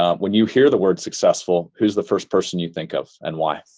ah when you hear the word successful, who's the first person you think of and why?